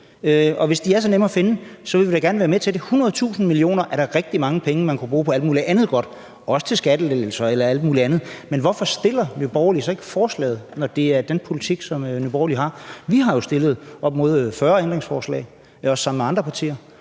hvis de er så nemme at finde, vil vi gerne være med til det. 100.000 mio. kr. er da rigtig mange penge, man kunne bruge på alt muligt andet godt, også til skattelettelser. Men hvorfor stiller Nye Borgerlige så ikke forslaget, når det er den politik, som Nye Borgerlige har? Vi har jo stillet op mod 40 ændringsforslag, også sammen med andre partier,